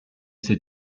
c’est